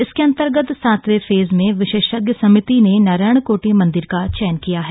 इसके अन्तगर्त सातवें फेज में विशेषज्ञ समिति ने नारायणकोटि मन्दिर का चयन किया है